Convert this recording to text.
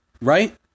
Right